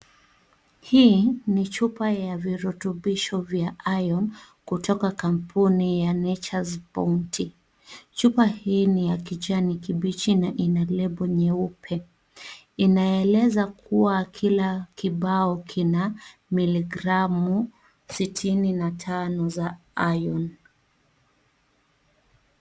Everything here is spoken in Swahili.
Hii ni chupa ya virutubishi vya Iron kutoka kwa kampuni ya Nature's bounty. Chupa hii ni ya kijani kibichi na ina lebo nyeupe. Inaweza kuwa kila ubao una miligramu sitini na tano za Iron .